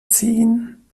ziehen